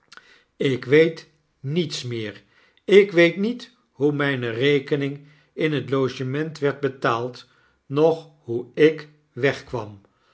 ik weet niets meer ik weet niet hoe mijne rekening in het logement werd betaald noch hoe ik wegkwam